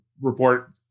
report